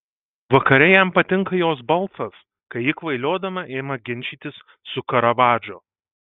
vakare jam patinka jos balsas kai ji kvailiodama ima ginčytis su karavadžu